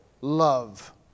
love